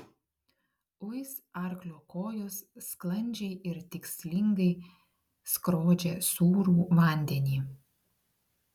uis arklio kojos sklandžiai ir tikslingai skrodžia sūrų vandenį